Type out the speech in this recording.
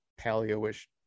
paleo-ish